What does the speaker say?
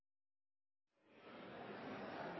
president!